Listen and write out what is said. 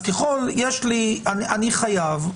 אני חייב,